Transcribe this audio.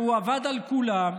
הוא עבד על כולם.